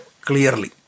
clearly